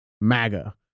MAGA